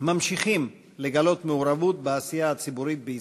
ממשיכים לגלות מעורבות בעשייה הציבורית בישראל.